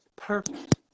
perfect